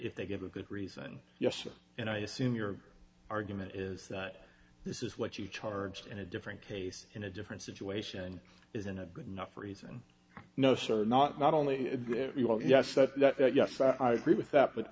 if they give a good reason yes and i assume your argument is that this is what you charge in a different case in a different situation isn't a good enough reason no sir not not only yes yes i agree with that but